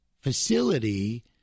facility